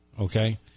Okay